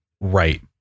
right